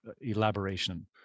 elaboration